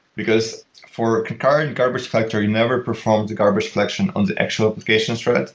because for current garbage collector, you never perform the garbage collection on the actual application stack.